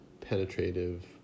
penetrative